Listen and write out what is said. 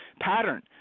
pattern